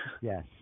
Yes